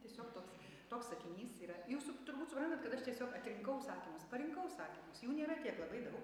tiesiog toks toks sakinys yra jūs turbūt suprantat kad aš tiesiog atrinkau sakinius parinkau sakinius jų nėra tiek labai daug